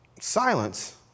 silence